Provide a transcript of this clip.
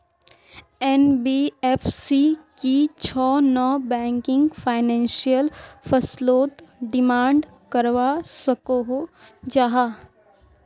NBFC की छौ non banking financial फसलोत डिमांड करवा सकोहो जाहा?